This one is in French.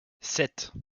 sept